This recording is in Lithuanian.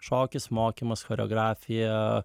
šokis mokymas choreografija